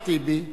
אחמד טיבי.